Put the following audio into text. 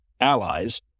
allies